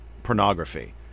pornography